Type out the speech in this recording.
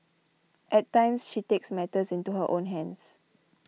at times she takes matters into her own hands